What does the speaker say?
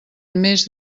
més